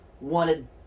wanted